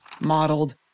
modeled